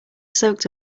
soaked